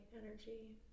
energy